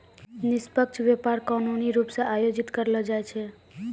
निष्पक्ष व्यापार कानूनी रूप से आयोजित करलो जाय छै